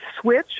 switch